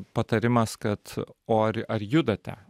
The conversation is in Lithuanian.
patarimas kad o ar ar judate